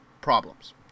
problems